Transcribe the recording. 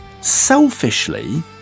selfishly